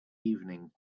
evening